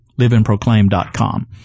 liveandproclaim.com